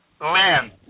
Land